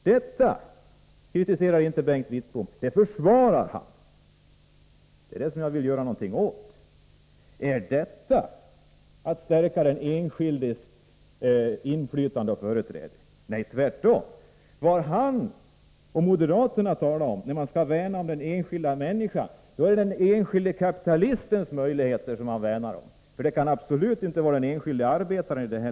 Detta kritiserar inte Bengt Wittbom utan det försvarar han, men jag vill göra någonting åt det. Är detta en lagstiftning som stärker den enskildes inflytande? Nej, tvärtom. När moderaterna talar om att värna den enskilda människan, är det den enskilde kapitalistens möjligheter det gäller, för det kan absolut inte vara den enskilde arbetarens.